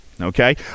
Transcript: okay